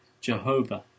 Jehovah